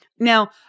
Now